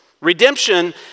Redemption